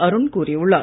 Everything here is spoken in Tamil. அருண் கூறியுள்ளார்